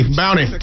bounty